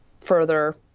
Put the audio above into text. further